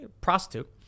prostitute